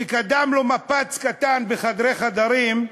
שקדם לו מפץ קטן בחדרי חדרים,